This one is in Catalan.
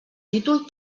títol